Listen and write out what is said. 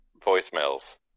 voicemails